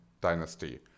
dynasty